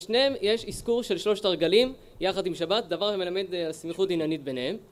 בשניהם יש איזכור של שלושת הרגלים יחד עם שבת, דבר המלמד על סמיכות דיננית ביניהם